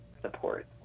support